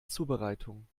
zubereitung